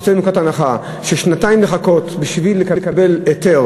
יוצאים מנקודת הנחה שלחכות שנתיים בשביל לקבל היתר